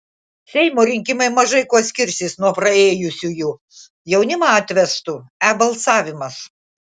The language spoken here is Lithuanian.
seimo rinkimai mažai kuo skirsis nuo praėjusiųjų jaunimą atvestų e balsavimas